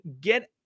get